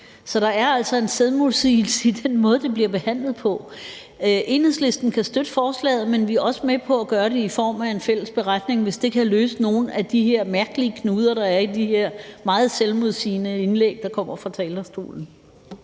Så der er altså en selvmodsigelse i den måde, det bliver behandlet på. Enhedslisten kan støtte forslaget, men vi er også med på at gøre det i form af en fælles beretning, hvis det kan løse nogle af de her mærkelige knuder, der er i de her meget selvmodsigende indlæg, der er kommet fra talerstolen.